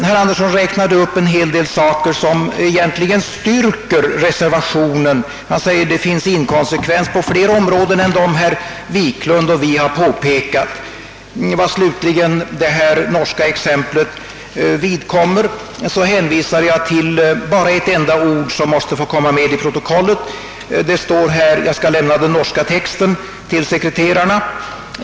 Herr Anderson räknade upp en hel del saker som egentligen styrker reservationen. Han säger att det finns inkonsekvenser på flera områden, och det har både herr Wiklund och vi påpekat. Vad slutligen det norska exemplet vidkommer, så hänvisar jag bara till ett enda ord som måste få komma med i protokollet. Jag skall lämna den norska texten till sekreteraren.